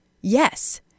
yes